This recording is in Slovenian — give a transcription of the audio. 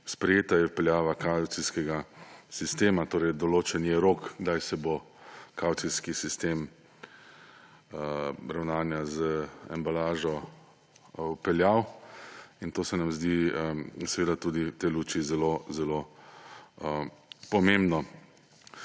sprejeta, je vpeljava kavcijskega sistema. Določen je rok, kdaj se bo kavcijski sistem ravnanja z embalažo vpeljal. To se nam zdi tudi v tej luči zelo zelo pomembno.